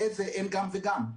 לאיזה אין גם וגם.